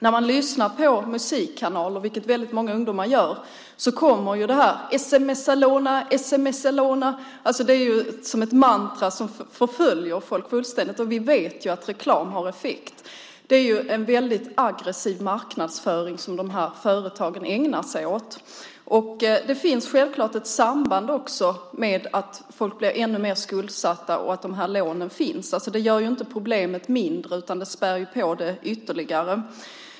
När man lyssnar på musikkanaler, vilket väldigt många ungdomar gör, kommer ju det här: Sms:a låna! Sms:a låna! Det är som ett mantra som förföljer folk fullständigt. Och vi vet ju att reklam har effekt. De här företagen ägnar sig åt en väldigt aggressiv marknadsföring. Det finns självfallet ett samband mellan att folk blir ännu mer skuldsatta och att de här lånen finns. Det gör inte problemet mindre, utan det späder på det ytterligare.